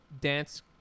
dance